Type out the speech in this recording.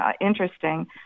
interesting